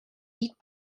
eat